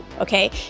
okay